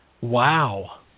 Wow